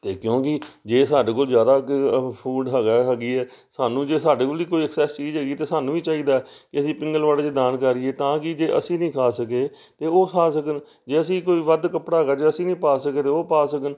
ਅਤੇ ਕਿਉਂਕਿ ਜੇ ਸਾਡੇ ਕੋਲ ਜ਼ਿਆਦਾ ਉਹ ਫੂਡ ਹੈਗਾ ਹੈ ਹੈਗੀ ਹੈ ਸਾਨੂੰ ਜੇ ਸਾਡੇ ਕੋਲ ਵੀ ਕੋਈ ਐਕਸੈਸ ਚੀਜ਼ ਹੈਗੀ ਤਾਂ ਸਾਨੂੰ ਵੀ ਚਾਹੀਦਾ ਕਿ ਅਸੀਂ ਪਿੰਗਲਵਾੜੇ 'ਚ ਦਾਨ ਕਰੀਏ ਤਾਂ ਕਿ ਜੇ ਅਸੀਂ ਨਹੀਂ ਖਾ ਸਕੇ ਤਾਂ ਉਹ ਖਾ ਸਕਣ ਜੇ ਅਸੀਂ ਕੋਈ ਵੱਧ ਕੱਪੜਾ ਹੈਗਾ ਜੇ ਅਸੀਂ ਨਹੀਂ ਪਾ ਸਕਦੇ ਉਹ ਪਾ ਸਕਣ